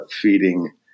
feeding